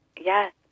Yes